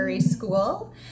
school